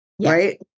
Right